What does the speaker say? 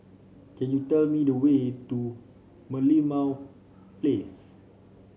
can you tell me the way to Merlimau Place